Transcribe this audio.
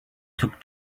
took